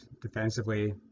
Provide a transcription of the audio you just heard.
defensively